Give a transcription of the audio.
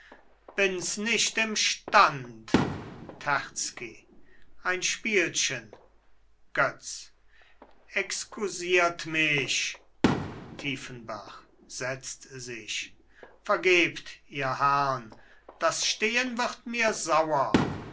bins nicht imstand terzky ein spielchen götz exkusiert mich tiefenbach setzt sich vergebt ihr herrn das stehen wird mir sauer